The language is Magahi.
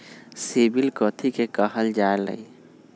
सिबिल कथि के काहल जा लई?